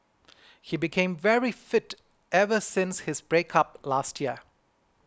he became very fit ever since his breakup last year